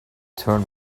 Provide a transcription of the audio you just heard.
turn